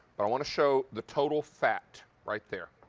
but i want to show the total fat right there.